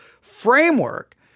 framework